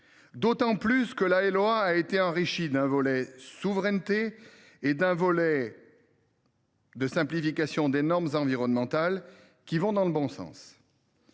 d’autant que ce texte avait été enrichi d’un volet de souveraineté et d’un volet de simplification des normes environnementales, qui vont dans le bon sens.